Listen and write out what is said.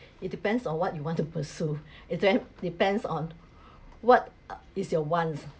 it depends on what you want to pursue and then depends on what is your wants